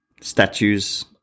statues